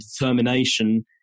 determination